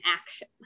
action